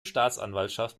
staatsanwaltschaft